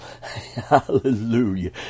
Hallelujah